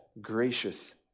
Gracious